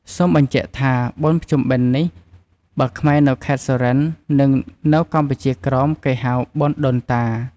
សូមបញ្ជាក់ថា បុណ្យភ្ជុំបិណ្ឌនេះ បើខ្មែរនៅខេត្ត សុរិន្ទ និងនៅកម្ពុជាក្រោម គេហៅ “បុណ្យដូនតា”។